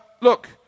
Look